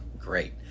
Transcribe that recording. great